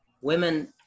women